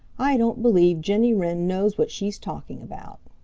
i don't believe jenny wren knows what she's talking about.